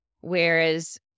whereas